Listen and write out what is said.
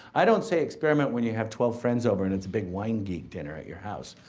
i don't say experiment when you have twelve friends over and it's a big wine geek dinner at your house.